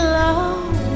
love